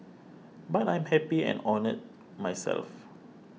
but I'm happy and honoured myself